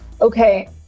okay